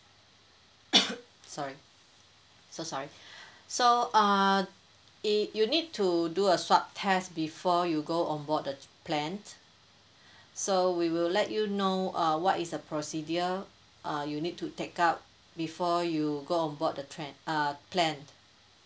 sorry so sorry so uh eh you need to do a swab test before you go onboard the plane so we will let you know uh what is the procedure uh you'll need to take up before you go onboard the train uh plane